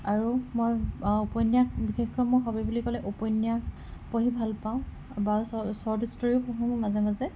আৰু মই উপন্যাস বিশেষকৈ মোৰ হবি বুলি ক'লে মই উপন্যাস পঢ়ি ভাল পাওঁ বা ছৰ্ট ষ্টৰীও শুনোঁ মাজে মাজে